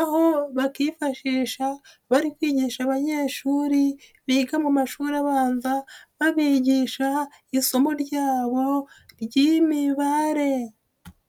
aho bakifashisha bari kwigisha abanyeshuri, biga mu mashuri abanza babigisha isomo ryabo ry'imibare.